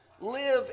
live